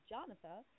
Jonathan